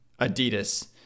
Adidas